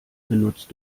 benutzt